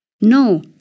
No